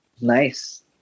Nice